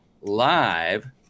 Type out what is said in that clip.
live